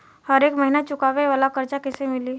हरेक महिना चुकावे वाला कर्जा कैसे मिली?